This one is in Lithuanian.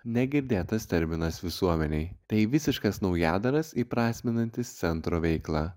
negirdėtas terminas visuomenei tai visiškas naujadaras įprasminantis centro veiklą